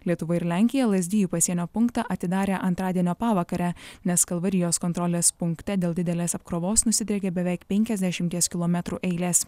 lietuva ir lenkija lazdijų pasienio punktą atidarė antradienio pavakarę nes kalvarijos kontrolės punkte dėl didelės apkrovos nusidriekė beveik penkiasdešimties kilometrų eilės